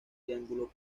triángulo